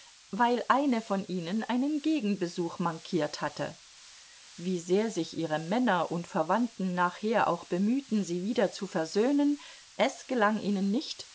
weil eine von ihnen einen gegenbesuch mankiert hatte wie sehr sich ihre männer und verwandten nachher auch bemühten sie wieder zu versöhnen es gelang ihnen nicht